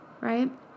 right